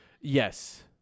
Yes